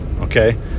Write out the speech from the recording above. Okay